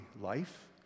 life